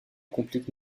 complique